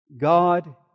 God